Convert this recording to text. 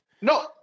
No